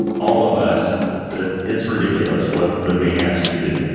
all of us that it's ridiculous what they're being asked to do,